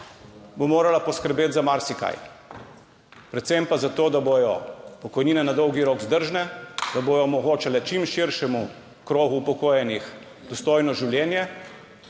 bo morala poskrbeti za marsikaj. Predvsem pa za to, da bodo pokojnine na dolgi rok vzdržne, da bodo omogočale čim širšemu krogu upokojenih dostojno življenje